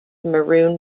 maroon